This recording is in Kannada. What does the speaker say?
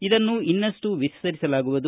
ಇದನ್ನು ಇನ್ನಷ್ಟು ವಿಸ್ತರಿಸಲಾಗುವುದು